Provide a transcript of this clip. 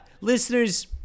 listeners